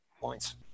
points